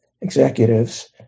executives